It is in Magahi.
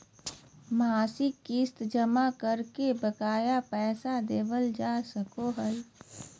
मासिक किस्त जमा करके बकाया पैसा देबल जा सको हय